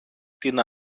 την